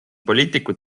poliitikud